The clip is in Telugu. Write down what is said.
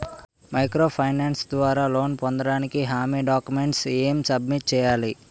మైక్రో ఫైనాన్స్ ద్వారా లోన్ పొందటానికి హామీ డాక్యుమెంట్స్ ఎం సబ్మిట్ చేయాలి?